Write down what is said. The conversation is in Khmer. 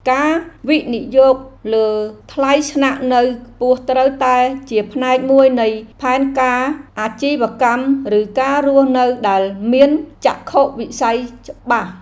ការវិនិយោគលើថ្លៃស្នាក់នៅខ្ពស់ត្រូវតែជាផ្នែកមួយនៃផែនការអាជីវកម្មឬការរស់នៅដែលមានចក្ខុវិស័យច្បាស់។